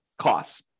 costs